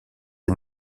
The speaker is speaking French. est